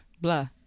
blah